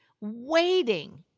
waiting